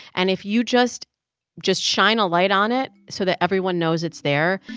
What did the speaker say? and if you just just shine a light on it so that everyone knows it's there,